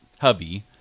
hubby